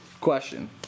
Question